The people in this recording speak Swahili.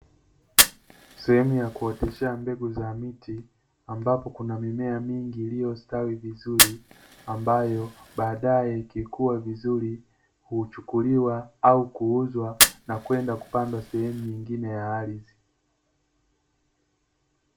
Sehemu ya kuoteshea mbegu za miti, ambapo kuna mimea mingi iliyostawi vizuri, ambayo baadae ikikua vizuri, huchukuliwa au kuuzwa, na kwenda kupandwa sehemu nyingine ya ardhi.